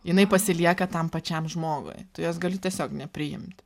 jinai pasilieka tam pačiam žmogui tu jos gali tiesiog nepriimt